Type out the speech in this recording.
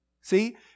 See